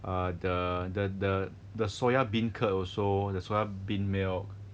uh the the the the soya bean curd also the soya bean milk